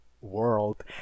world